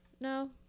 No